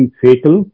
fatal